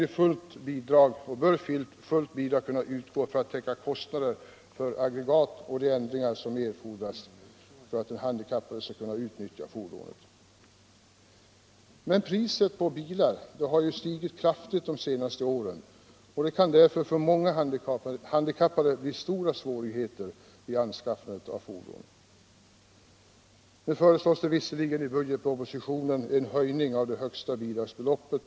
: Fullt bidrag bör kunna utgå för att täcka kostnader för aggregat och för de ändringar som erfordras för att den handikappade skall kunna utnyttja fordonet. Priset på bilar har emellertid de senaste åren kraftigt stigit. Det kan därför bli stora svårigheter för många handikappade vid anskaffandet av fordon. I budgetpropostionen föreslås en höjning av det högsta bidragsbeloppet.